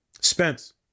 spence